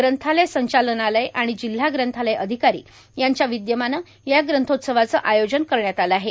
ग्रंथालय संचालनालय आणि जिल्हा ग्रंथालय अधिकारी यांच्या विदयमाने या ग्रंथोत्सवाचे आयोजन करण्यात आले आहे